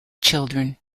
children